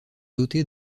doté